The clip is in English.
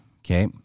Okay